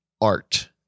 art